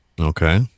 Okay